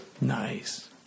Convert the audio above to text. nice